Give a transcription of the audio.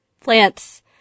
plants